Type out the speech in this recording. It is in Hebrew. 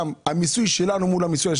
המיסוי שלנו מול המיסוי בעולם.